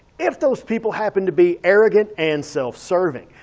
if those people happen to be arrogant and self-serving.